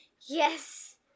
Yes